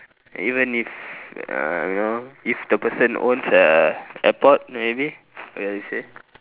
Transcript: even if uh you know if the person owns a airport maybe like you say